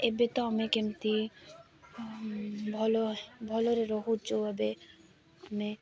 ଏବେ ତ ଆମେ କେମିତି ଭଲ ଭଲରେ ରହୁଛୁ ଏବେ ଆମେ